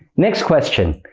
next question!